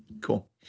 Cool